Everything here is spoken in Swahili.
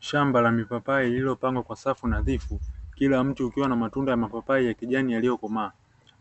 Shamba la mipapai lililopangwa kwa safu nadhifu, kila mti ukiwa na matunda ya mapapai ya kijani yaliyokomaa,